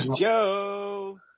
Joe